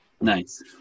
Nice